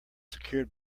secured